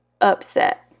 upset